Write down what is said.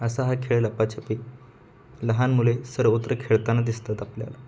असा हा खेळ लपाछपी लहान मुले सर्वत्र खेळताना दिसतात आपल्याला